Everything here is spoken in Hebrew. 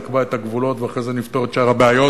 נקבע את הגבולות ואחרי זה נפתור את שאר הבעיות.